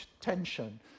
tension